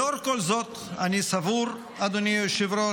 לאור כל זאת אני סבור, אדוני היושב-ראש,